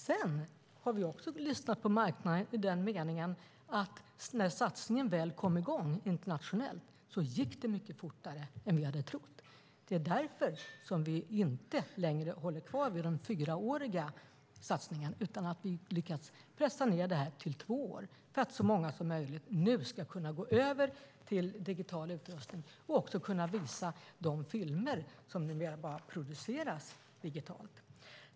Vi har lyssnat på marknaden i den meningen att när satsningen väl kom i gång internationellt gick det mycket fortare än vi hade trott, och det är därför som vi inte längre håller kvar vid den fyraåriga satsningen utan har lyckats pressa ned det till två år, för att så många som möjligt nu ska kunna gå över till digital utrustning och också kunna visa de filmer som numera produceras bara digitalt.